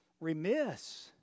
remiss